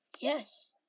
Yes